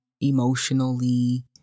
emotionally